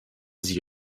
sie